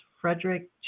Frederick